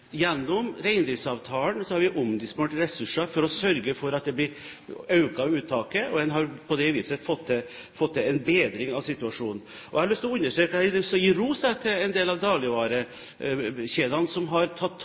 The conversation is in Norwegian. Gjennom reindriftsavtalen har vi omdisponert ressurser for å sørge for at uttaket økes, og en har på det viset fått til en bedring av situasjonen. Jeg har lyst til å gi ros til en del av dagligvarekjedene som har tatt